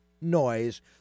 Noise